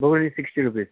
broccoli sixty rupees